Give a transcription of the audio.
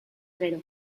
gero